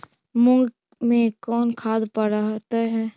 मुंग मे कोन खाद पड़तै है?